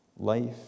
Life